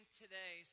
today